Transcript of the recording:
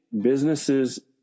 businesses